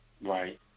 Right